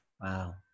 Wow